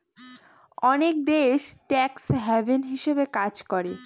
অনেক দেশ tax haven হিসাবে কাজ করে